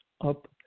up